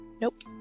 Nope